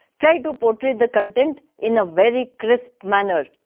try to portray the content in a very crisp manner.